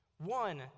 one